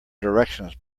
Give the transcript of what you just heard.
directions